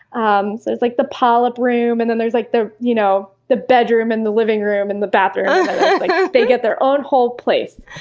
um like the polyp room, and then there's like the you know the bedroom, and the living room, and the bathroom, but they get their own whole place.